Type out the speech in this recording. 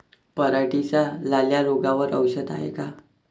पराटीच्या लाल्या रोगावर औषध हाये का?